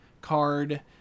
card